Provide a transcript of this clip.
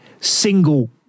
single